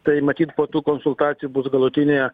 tai matyt po tų konsultacijų bus galutinė